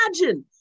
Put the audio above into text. imagine